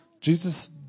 Jesus